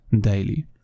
daily